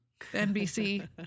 NBC